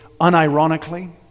unironically